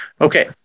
Okay